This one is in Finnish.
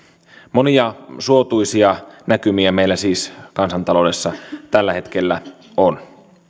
monia suotuisia näkymiä meillä siis kansantaloudessa tällä hetkellä on